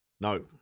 No